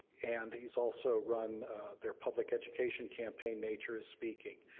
and he's also run their public education campaign nature is speaking,